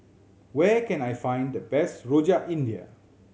where can I find the best Rojak India